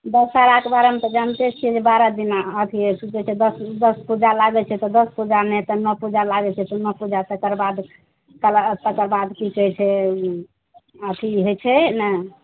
दशहराके बारेमे तऽ जानते छियै जे बारह दिना अथिये की कहै छै दश दश पूजा लागे छै तऽ दश पूजामे तऽ ने पूजा लागे छै तऽ ने पूजा तकर बाद तकर बाद की कहै छै अथि हइ छै ने